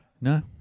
No